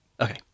Okay